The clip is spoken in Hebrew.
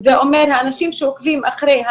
זה אומר שאנשים שהולכים אחרי,